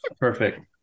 Perfect